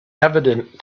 evident